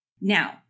Now